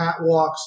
catwalks